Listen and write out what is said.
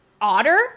otter